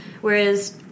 Whereas